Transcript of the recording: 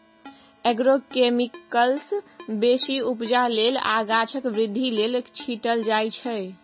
agrochemicals बेसी उपजा लेल आ गाछक बृद्धि लेल छीटल जाइ छै